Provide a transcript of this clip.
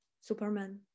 Superman